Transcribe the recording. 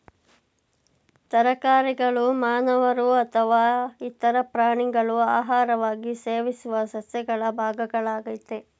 ತರಕಾರಿಗಳು ಮಾನವರು ಅಥವಾ ಇತರ ಪ್ರಾಣಿಗಳು ಆಹಾರವಾಗಿ ಸೇವಿಸುವ ಸಸ್ಯಗಳ ಭಾಗಗಳಾಗಯ್ತೆ